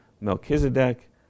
Melchizedek